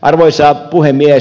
arvoisa puhemies